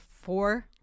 four